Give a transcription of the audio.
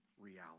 reality